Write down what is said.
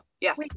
yes